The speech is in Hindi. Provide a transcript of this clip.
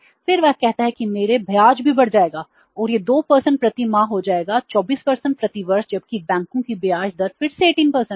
फिर वह कहता है कि मेरा ब्याज भी बढ़ जाएगा और यह 2 प्रति माह हो जाएगा 24 प्रति वर्ष जबकि बैंकों की ब्याज दर फिर से 18 है